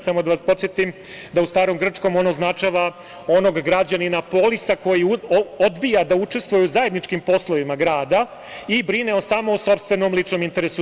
Samo da vas podsetim da u starom grčkom on označava onog građanina polisa koji odbija da učestvuje u zajedničkim poslovima grada i brine samo o sopstvenom ličnom interesu.